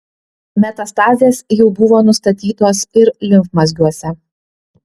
metastazės jau buvo nustatytos ir limfmazgiuose